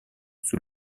sous